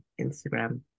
Instagram